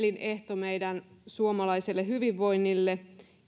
elinehto meidän suomalaiselle hyvinvoinnille